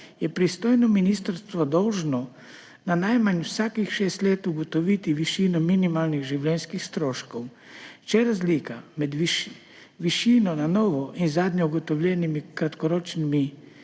je pristojno ministrstvo dolžno na najmanj vsakih šest let ugotoviti višino minimalnih življenjskih stroškov. Če razlika med višino na novo in zadnje ugotovljenimi kratkoročnimi